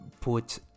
put